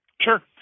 Sure